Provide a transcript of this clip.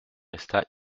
resta